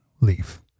leaf